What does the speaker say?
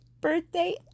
birthday